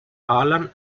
alan